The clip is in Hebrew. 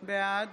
בעד